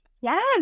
Yes